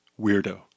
weirdo